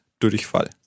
Durchfall